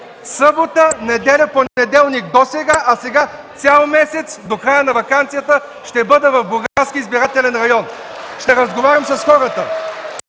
събота, неделя, понеделник досега, а сега цял месец до края на ваканция ще бъда в Бургаския избирателен район, ще разговарям с хората.